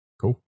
cool